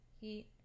heat